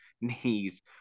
knees